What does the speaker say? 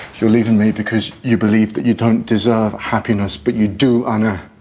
you're leaving me because you believe that you don't deserve happiness. but you do. honor